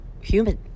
human